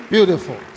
Beautiful